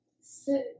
Sit